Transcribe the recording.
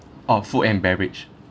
orh food and beverage